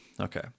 Okay